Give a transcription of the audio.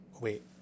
Wait